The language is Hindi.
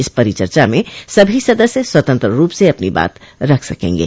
इस परिचर्चा में सभी सदस्य स्वतंत्र रूप से अपनी बात रख सकेंगे